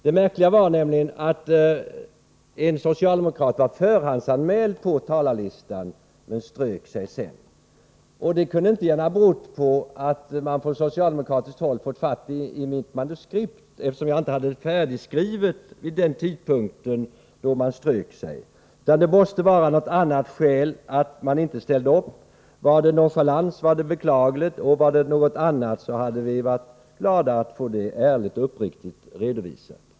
Det märkliga var nämligen att en socialdemokrat var förhandsanmäld på talarlistan, men strök sig sedan. Det kunde inte gärna ha berott på att man från socialdemokratiskt håll fått fatt i mitt manuskript, eftersom jag inte hade det färdigskrivet vid den tidpunkt talaren strök sig. Det måste finnas något annat skäl till att man inte ställde upp. Var det av nonchalans var det beklagligt, var det av ett annat skäl hade vi varit glada att få det ärligt och uppriktigt redovisat.